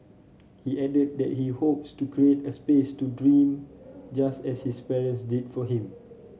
he added that he hopes to create a space to dream just as his parents did for him